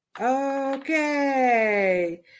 okay